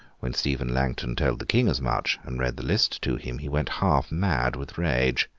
when stephen langton told the king as much, and read the list to him, he went half mad with rage.